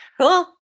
Cool